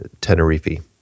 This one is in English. Tenerife